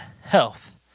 health